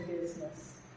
business